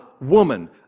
woman